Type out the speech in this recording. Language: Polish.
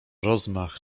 rozmach